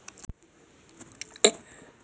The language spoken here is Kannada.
ನನ್ನ ಅಕೌಂಟ್ ನಲ್ಲಿ ಎಷ್ಟು ಹಣ ಉಂಟು?